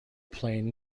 plain